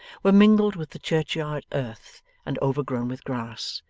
were mingled with the churchyard earth and overgrown with grass,